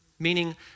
meaning